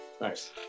Nice